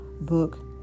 book